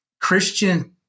Christian